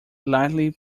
lightly